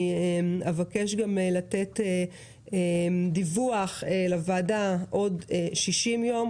אני מבקשת לתת דיווח לוועדה עוד 60 יום,